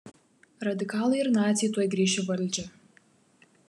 radikalai ir naciai tuoj grįš į valdžią